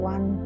One